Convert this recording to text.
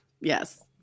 yes